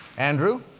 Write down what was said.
andrew,